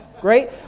great